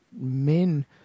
men